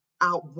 out